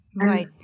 Right